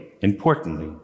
importantly